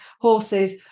horses